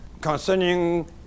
concerning